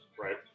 Right